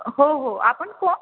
हो हो आपण कोण